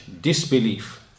disbelief